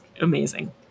amazing